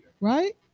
Right